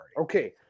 Okay